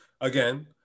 again